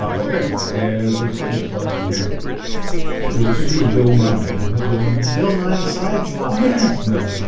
um okay, and we'll just do this last one here there's a picture of bill nine who bill nye bill. nye the science law yes, no